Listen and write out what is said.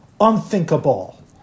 unthinkable